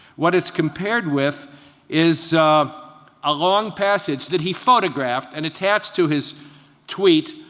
what it's compared with is a long passage that he photographed, and attached to his tweet,